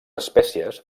espècies